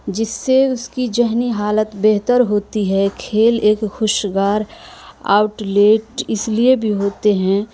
جس سے اس کی ذہنی حالت بہتر ہوتی ہے کھیل ایک خوشگوار آؤٹلیٹ اس لیے بھی ہوتے ہیں